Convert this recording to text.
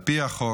על פי החוק,